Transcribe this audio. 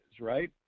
right